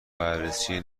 بررسی